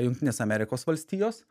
jungtinės amerikos valstijos